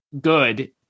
good